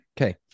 Okay